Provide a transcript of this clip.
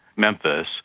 Memphis